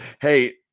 hey